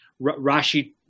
Rashi